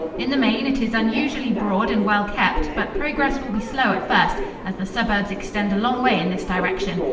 in the main it is unusually broad and well kept, but progress will be slow at first, as the suburbs extend a long way in this direction,